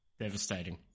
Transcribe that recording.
Devastating